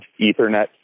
ethernet